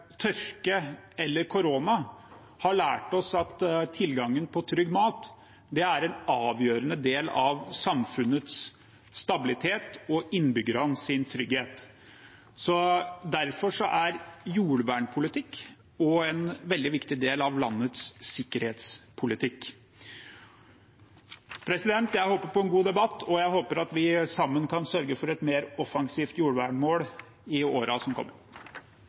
tørke eller korona, har lært oss at tilgangen på trygg mat er en avgjørende del av samfunnets stabilitet og innbyggernes trygghet. Derfor er jordvernpolitikk også en veldig viktig del av landets sikkerhetspolitikk. Jeg håper på en god debatt, og jeg håper at vi sammen kan sørge for et mer offensivt jordvernmål i årene som kommer.